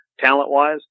talent-wise